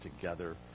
together